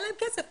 אין להם כסף.